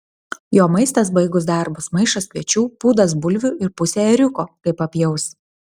jo maistas baigus darbus maišas kviečių pūdas bulvių ir pusė ėriuko kai papjaus